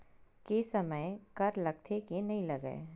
के समय कर लगथे के नइ लगय?